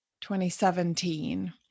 2017